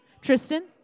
Tristan